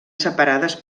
separades